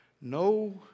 no